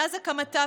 מאז הקמתה,